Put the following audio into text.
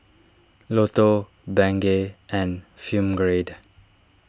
Lotto Bengay and Film Grade